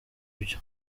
byo